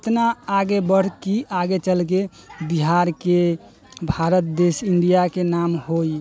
इतना आगे बढ़िके आगे चलिके बिहारके भारत देश इंडियाके नाम होइ